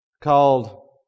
called